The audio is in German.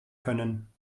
können